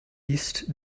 east